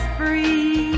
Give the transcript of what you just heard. free